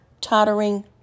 tottering